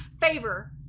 Favor